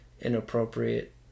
inappropriate